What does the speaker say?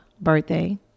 birthday